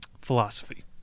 Philosophy